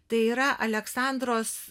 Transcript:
tai yra aleksandros